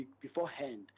beforehand